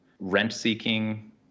rent-seeking